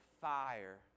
fire